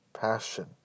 passion